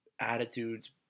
attitudes